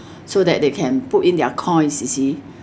so that they can put in their coin you see